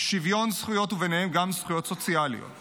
שוויון זכויות ובהם גם זכויות סוציאליות